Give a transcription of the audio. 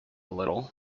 little